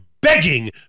begging